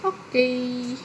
okay